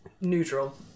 Neutral